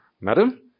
Madam